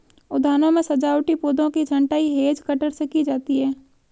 उद्यानों में सजावटी पौधों की छँटाई हैज कटर से की जाती है